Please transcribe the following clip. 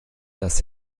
das